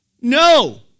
No